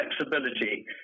flexibility